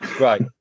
Right